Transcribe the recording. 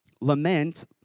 Lament